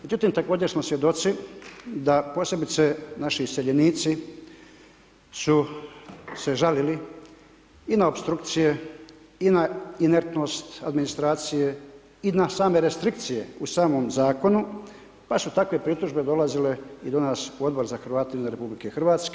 Međutim, također smo svjedoci da posebice naši iseljenici su se žalili i na opstrukcije i na inertnost administracije i na same restrikcije u samom zakonu pa su takve pritužbe dolazile i do nas u Odbor za Hrvate izvan RH.